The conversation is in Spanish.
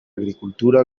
agricultura